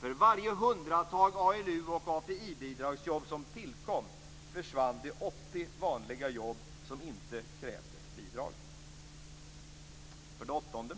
För varje hundratal ALU och API För det åttonde